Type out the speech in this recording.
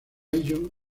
ello